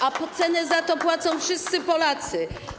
A cenę za to płacą wszyscy Polacy.